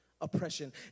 oppression